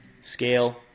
scale